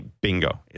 Bingo